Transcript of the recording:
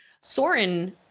Soren